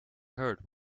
herd